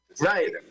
Right